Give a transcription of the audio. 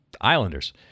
Islanders